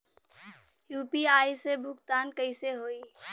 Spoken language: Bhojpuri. यू.पी.आई से भुगतान कइसे होहीं?